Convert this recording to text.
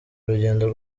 urugendo